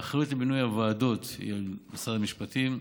האחריות למינוי הוועדות היא של משרד המשפטים.